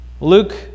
Luke